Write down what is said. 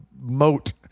moat